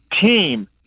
team